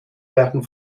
werden